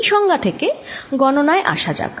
এই সংজ্ঞা থেকে গণনায় আসা যাক